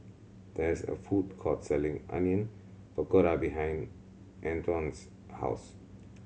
there is a food court selling Onion Pakora behind Antone's house